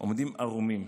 עומדים ערומים.